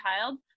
child